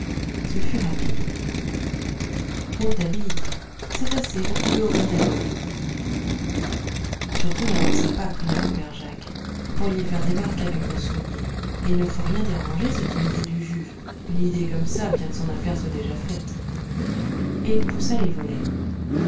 ce fut rapide rouletabille dit c'est assez vous pouvez ouvrir les volets surtout n'avancez pas pria le père jacques vous pourriez faire des marques avec vos souliers et il ne faut rien déranger c'est une idée du juge une idée comme ça bien que son affaire soit déjà faite et il poussa les volets